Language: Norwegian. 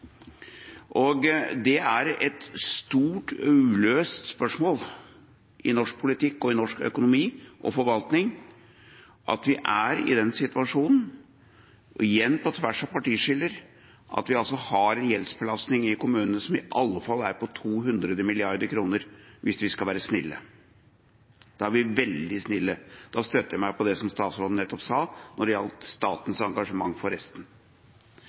er et stort uløst spørsmål i norsk politikk og norsk økonomi og forvaltning at vi er i den situasjonen, og – igjen på tvers av partiskiller – at vi har en gjeldsbelastning i kommunene som i alle fall er på 200 mrd. kr hvis vi skal være snille – da er vi veldig snille. Da støtter jeg meg på det som statsråden nettopp sa når det gjaldt statens engasjement for resten.